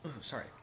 Sorry